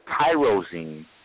tyrosine